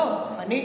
לא, אני?